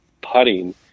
putting